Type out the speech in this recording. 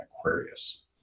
Aquarius